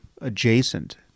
adjacent